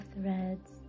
threads